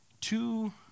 Two